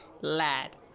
Lad